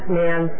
man